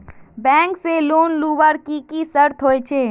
Bank से loan लुबार की की शर्त होचए?